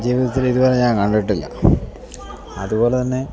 ജീവിതത്തിലിതുവരെ ഞാൻ കണ്ടിട്ടില്ല അതുപോലെതന്നെ